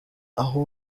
aho